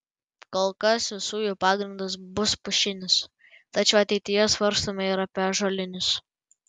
kol kas visų jų pagrindas bus pušinis tačiau ateityje svarstome ir apie ąžuolinius